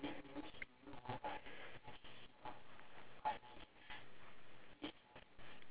ya but it's not like a like a unique nick~ nickname what it has to be like like showy